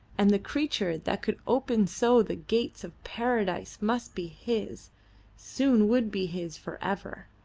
and the creature that could open so the gates of paradise must be his soon would be his for ever!